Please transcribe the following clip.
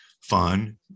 fun